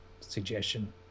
suggestion